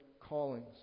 callings